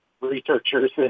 researchers